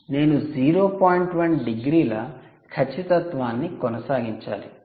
1 డిగ్రీల ఖచ్చితత్వాన్ని కొనసాగించాలి